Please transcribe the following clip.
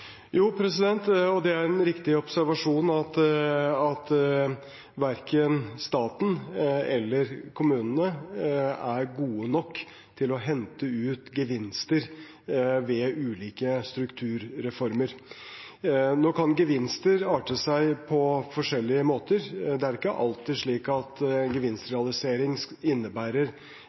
det er en riktig observasjon at verken staten eller kommunene er gode nok til å hente ut gevinster ved ulike strukturreformer. Nå kan gevinster arte seg på forskjellige måter; det er ikke alltid slik at gevinstrealisering innebærer